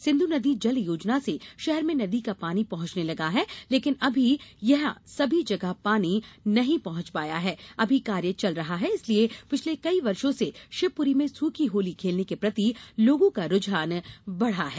सिंधु नदी जल योजना से शहर में नदी का पानी पहुंचने लगा है लेकिन अभी यह सभी जगह नहीं पहुंच पाया है अभी कार्य चल रहा है इसलिए पिछले कई वर्षों से शिवपुरी में सूखी होली खेलने के प्रति लोगों का रुझान बड़ा है